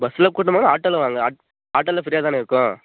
பஸ்ஸில் கூட்டமாக இருந்தால் ஆட்டோவில் வாங்க ஆட் ஆட்டோவில் ஃப்ரீயாக தானே இருக்கும்